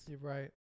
right